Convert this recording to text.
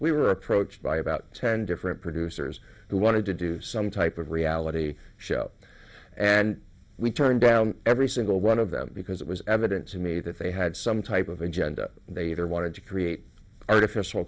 we were approached by about ten different producers who wanted to do some type of reality show and we turned down every single one of them because it was evident to me that they had some type of agenda and they either wanted to create artificial